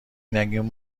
نگیم